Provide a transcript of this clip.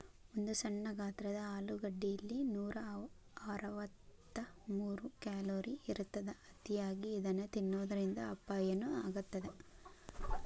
ಒಂದು ಸಣ್ಣ ಗಾತ್ರದ ಆಲೂಗಡ್ಡೆಯಲ್ಲಿ ನೂರಅರವತ್ತಮೂರು ಕ್ಯಾಲೋರಿ ಇರತ್ತದ, ಅತಿಯಾಗಿ ಇದನ್ನ ತಿನ್ನೋದರಿಂದ ಅಪಾಯನು ಆಗತ್ತದ